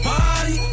Party